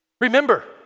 Remember